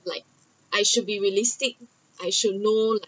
like I should be realistic I should know like